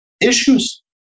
issues